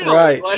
right